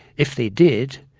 if they did,